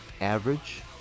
average